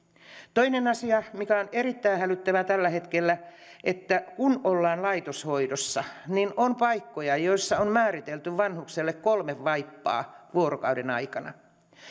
toinen asia mikä on erittäin hälyttävä tällä hetkellä kun ollaan laitoshoidossa niin on paikkoja joissa on määritelty vanhukselle kolme vaippaa vuorokauden ajaksi